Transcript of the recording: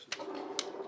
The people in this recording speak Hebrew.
יש את זה גם במסמך שלהם.